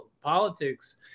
politics